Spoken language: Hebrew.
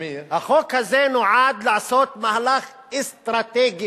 החוק הזה נועד לעשות מהלך אסטרטגי,